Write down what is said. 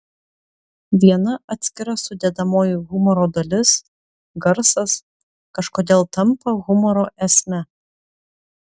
viena atskira sudedamoji humoro dalis garsas kažkodėl tampa humoro esme